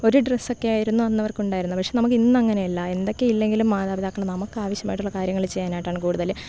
ഒരു ഡ്രസ്സൊക്കെ ആയിരുന്നു അന്ന് അവർക്ക് ഉണ്ടായിരുന്നത് പക്ഷേ നമുക്ക് ഇന്ന് അങ്ങനെ അല്ല എന്തൊക്കെ ഇല്ലെങ്കിലും മാതാപിതാക്കൾ നമുക്ക് ആവശ്യമായിട്ടുള്ള കാര്യങ്ങൾ ചെയ്യാനായിട്ട് ആണ് കൂടുതൽ